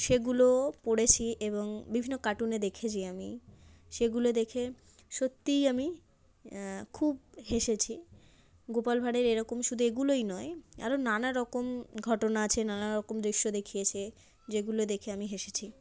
সেগুলোও পড়েছি এবং বিভিন্ন কার্টুনে দেখেছি আমি সেগুলো দেখে সত্যিই আমি খুব হেসেছি গোপাল ভাঁড়ের এরকম শুধু এগুলোই নয় আরও নানা রকম ঘটনা আছে নানা রকম দৃশ্য দেখিয়েছে যেগুলো দেখে আমি হেসেছি